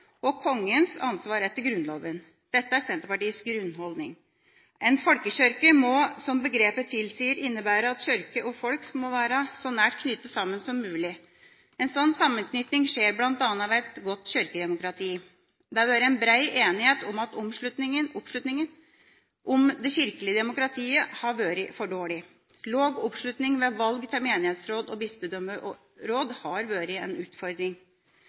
og Kongens ansvar etter Grunnloven. Dette er Senterpartiets grunnholdning. En folkekirke må, som begrepet tilsier, innebære at kirke og folk må være så nært knyttet sammen som mulig. En slik sammenknytting skjer bl.a. ved et godt kirkedemokrati. Det har vært bred enighet om at oppslutninga om det kirkelige demokratiet har vært for dårlig. Lav oppslutning ved valg til menighetsråd og bispedømmeråd har vært en utfordring.